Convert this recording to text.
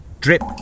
drip